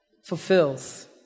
fulfills